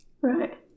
right